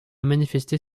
manifester